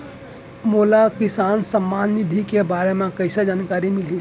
मोला किसान सम्मान निधि के बारे म कइसे जानकारी मिलही?